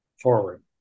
forward